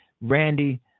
Randy